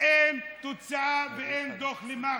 אין תוצאה ואין דוח ממח"ש.